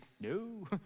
no